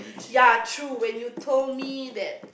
yeah true when you told me that